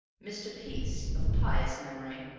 mr. peace, of pious memory,